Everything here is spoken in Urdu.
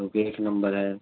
چونکہ ایک نمبر ہے